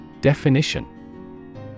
Definition